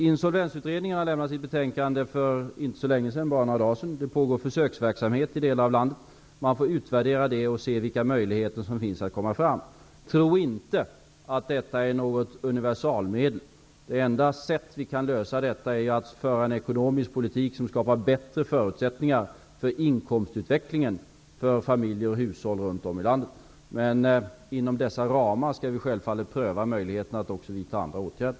Insolvensutredningen har lämnat sitt betänkande för bara några dagar sedan. Det pågår försöksverksamhet i delar av landet. Man får utvärdera den och se vilka framkomstmöjligheter som finns. Tro inte att detta är något universalmedel. Det enda sättet att lösa detta är att föra en ekonomisk politik som skapar bättre förutsättningar för inkomstutvecklingen för familjer och hushåll runt om i landet. Men inom dessa ramar skall vi självfallet pröva möjligheterna att också vidta andra åtgärder.